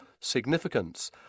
significance